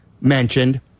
mentioned